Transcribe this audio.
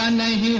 ah nine